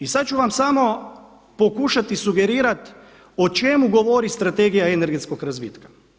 I sada ću vam samo pokušati sugerirati o čemu govori Strategija energetskog razvitka.